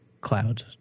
cloud